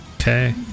okay